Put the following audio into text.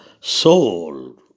soul